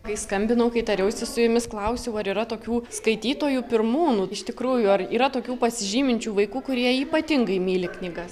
kai skambinau kai tariausi su jumis klausiau ar yra tokių skaitytojų pirmūnų iš tikrųjų ar yra tokių pasižyminčių vaikų kurie ypatingai myli knygas